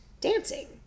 dancing